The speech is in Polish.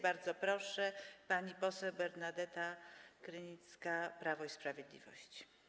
Bardzo proszę, pani poseł Bernadeta Krynicka, Prawo i Sprawiedliwość.